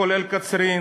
כולל קצרין,